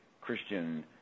Christian